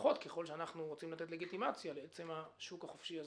לפחות ככל שאנחנו רוצים לתת לגיטימציה לעצם השוק החופשי הזה.